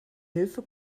hilfe